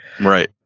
Right